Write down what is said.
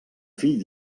fill